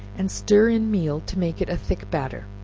and stir in meal to make it a thick batter